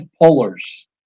pullers